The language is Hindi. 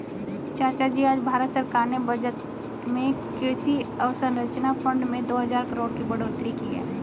चाचाजी आज भारत सरकार ने बजट में कृषि अवसंरचना फंड में दो हजार करोड़ की बढ़ोतरी की है